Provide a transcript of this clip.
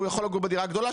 שהוא יכול לגור בדירה הגדולה,